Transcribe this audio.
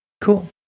cool